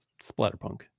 splatterpunk